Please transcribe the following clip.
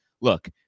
look